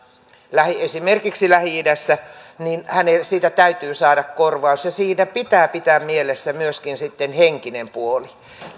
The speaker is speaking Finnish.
esimerkiksi lähi idässä niin hänen täytyy siitä saada korvaus ja siinä pitää pitää mielessä myöskin henkinen puoli